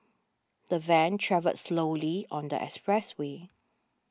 the van travelled slowly on the expressway